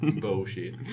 Bullshit